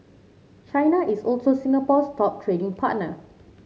China is also Singapore's top trading partner